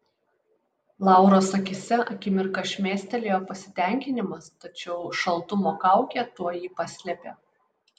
lauros akyse akimirką šmėstelėjo pasitenkinimas tačiau šaltumo kaukė tuoj jį paslėpė